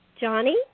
Johnny